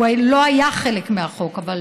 הוא לא היה חלק מהחוק, אבל